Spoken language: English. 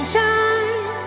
time